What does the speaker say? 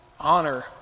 honor